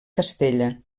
castella